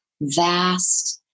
vast